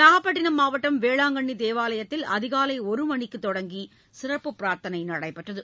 நாகப்பட்டினம் மாவட்டம் வேளாங்கண்ணி தேவாலயத்தில் அதிகாலை ஒரு மணிக்குத் தொடங்கி சிறப்பு பிரார்த்தனை நடைபெற்றது